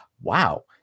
Wow